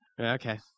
Okay